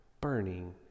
burning